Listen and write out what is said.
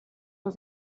was